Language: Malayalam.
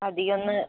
അധികം എന്ന്